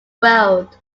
world